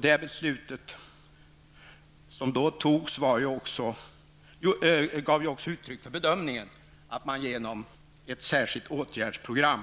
Det beslut som då togs gav också uttryck för bedömningen att man genom ett särskilt åtgärdsprogram